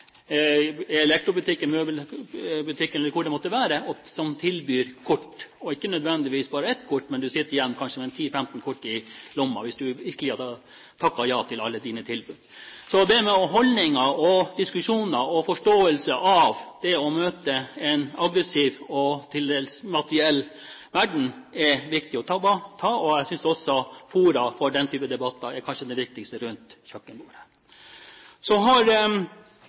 elektrobutikken, i møbelbutikken eller hvor det måtte være, som tilbyr kort – ikke nødvendigvis bare ett kort, men man sitter kanskje igjen med 10–15 kort i lommen hvis man virkelig takker ja til alle tilbudene. Så dette med holdninger, diskusjoner og forståelse av det å møte en aggressiv og til dels materiell verden, er viktig å ta opp. Jeg synes også at blant fora for den type debatter er kanskje rundt kjøkkenbordet det viktigste stedet. Så har